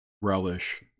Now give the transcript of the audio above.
relish